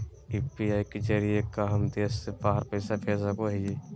UPI के जरिए का हम देश से बाहर पैसा भेज सको हियय?